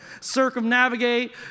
circumnavigate